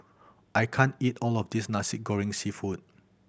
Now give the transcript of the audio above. I can't eat all of this Nasi Goreng Seafood